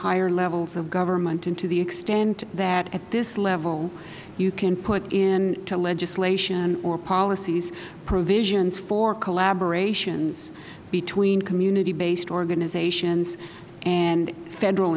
higher levels of government to the extent that at this level you can put into legislation or policies provisions for collaboration between community based organizations and federal